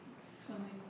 swimming